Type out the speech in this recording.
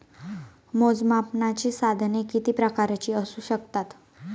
मोजमापनाची साधने किती प्रकारची असू शकतात?